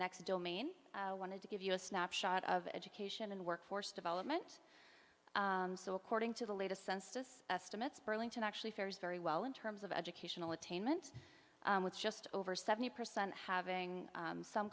next domain wanted to give you a snapshot of education and workforce development so according to the latest census estimates burlington actually fares very well in terms of educational attainment with just over seventy percent having some